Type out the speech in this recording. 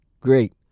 Great